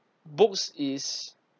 books is